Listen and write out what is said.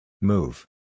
Move